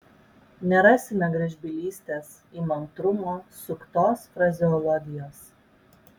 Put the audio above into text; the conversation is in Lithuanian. nerasime gražbylystės įmantrumo suktos frazeologijos